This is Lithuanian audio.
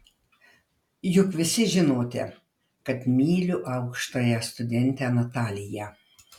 juk visi žinote kad myliu aukštąją studentę nataliją